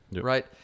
right